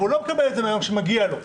אבל הוא לא מקבל את זה מהיום שמגיע לו,